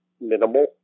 minimal